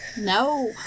No